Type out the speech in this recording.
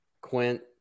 Quint